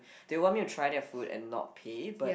they want me to try their food and not pay but